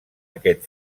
aquest